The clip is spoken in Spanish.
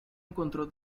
encontró